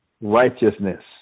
righteousness